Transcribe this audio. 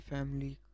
Family